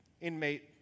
inmate